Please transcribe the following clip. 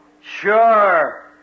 Sure